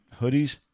hoodies